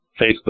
Facebook